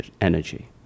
energy